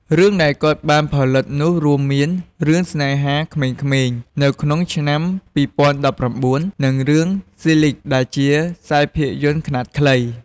រឿងដែលគាត់បានផលិតនោះរួមមាន រឿង «ស្នេហាក្មេងៗ» នៅក្នុងឆ្នាំ ២០១៩ និង រឿង «ស៊ីលីគ (Silig)» ដែលជាខ្សែភាពយន្តខ្នាតខ្លី។